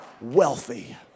wealthy